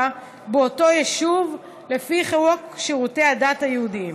באותו יישוב לפי חוק שירותי הדת היהודיים.